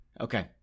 okay